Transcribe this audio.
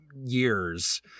years